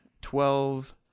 twelve